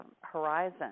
horizon